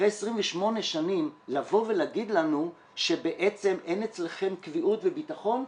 אחרי 28 שנים לבוא ולהגיד לנו שבעצם אין אצלכם קביעות וביטחון?